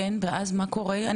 קחו את זה בחשבון,